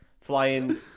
Flying